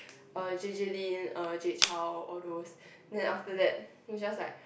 uh J J Lin uh Jay Chou all those then after that we just like